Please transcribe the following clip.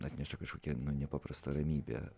atneša kažkokią nepaprastą ramybę